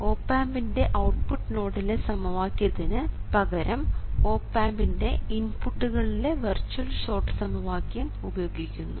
op ആമ്പിൻറെ output നോഡിലെ സമവാക്യത്തിന് പകരം ഓപ് ആമ്പിൻറെ ഇൻപുട്ടുകളിലെ വെർച്വൽ ഷോർട്ട് സമവാക്യം ഉപയോഗിക്കുന്നു